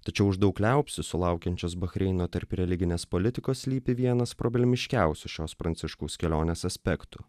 tačiau daug liaupsių sulaukiančios bahreino tarp religinės politikos slypi vienas problemiškiausių šios pranciškaus kelionės aspektų